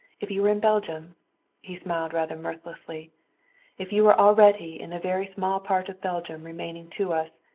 if you were in belgium he smiled rather mirthlessly if you were already in the very small part of belgium remaining to us,